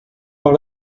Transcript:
par